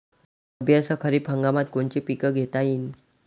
रब्बी अस खरीप हंगामात कोनचे पिकं घेता येईन?